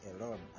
alone